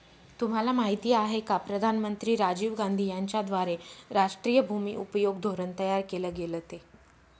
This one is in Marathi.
तुम्हाला माहिती आहे का प्रधानमंत्री राजीव गांधी यांच्याद्वारे राष्ट्रीय भूमि उपयोग धोरण तयार केल गेलं ते?